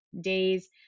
days